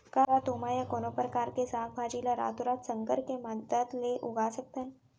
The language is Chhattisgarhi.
का तुमा या कोनो परकार के साग भाजी ला रातोरात संकर के मदद ले उगा सकथन?